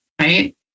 Right